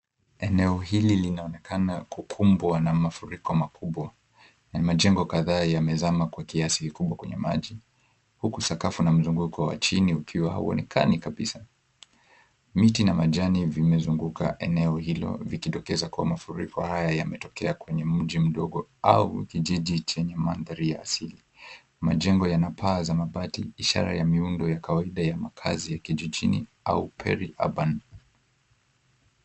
Eneo hili linaonekana kukumbwa na mafuriko makubwa na majengo kadhaa yamezama kwa kiasi kikubwa. Huku sakafu na mzunguko wa chini ukiwa hauonekani kabisa. Miti na majani limezunguka eneo hilo likidokeza kuwa mafuriko haya yametokea kwenye mji mdogo au kijiji chenye mandhari asili. Majengo yana paa za mabati ishara ya miundo ya kawaida ya makazi ya kijijini au peri urban .